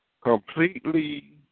completely